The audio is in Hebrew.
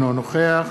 אינו נוכח